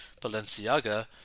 Balenciaga